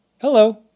Hello